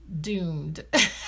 doomed